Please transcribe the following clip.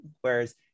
whereas